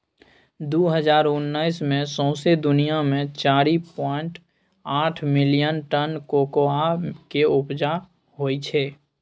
दु हजार उन्नैस मे सौंसे दुनियाँ मे चारि पाइंट आठ मिलियन टन कोकोआ केँ उपजा होइ छै